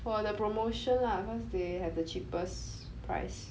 for the promotion lah because they have the cheapest price